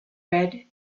red